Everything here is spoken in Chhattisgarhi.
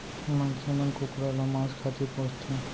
मनसे मन कुकरा ल मांस खातिर पोसथें